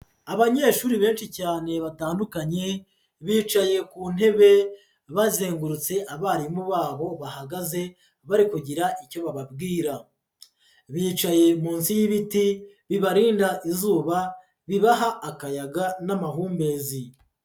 Abanyeshuri benshi cyane batandukanye, bicaye ku ntebe, bazengurutse abarimu babo bahagaze, bari kugira icyo bababwira. Bicaye munsi y'ibiti bibarinda izuba, bibaha akayaga n'amahumbezi.